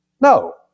No